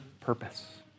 purpose